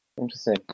Interesting